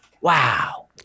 Wow